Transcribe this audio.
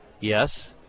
Yes